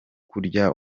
kurya